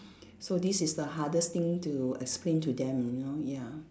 so this is the hardest thing to explain to them you know ya